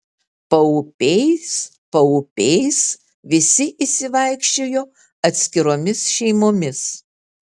paupiais paupiais visi išsivaikščiojo atskiromis šeimomis